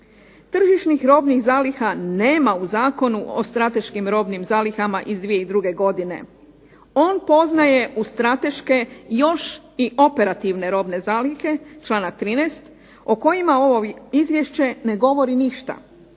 Tržišnih robnih zaliha nema u Zakonu o strateškim robnim zalihama iz 2002. godine. On poznaje uz strateške još i operativne robne zalihe, članak 13., o kojima ovo izvješće ne govori ništa,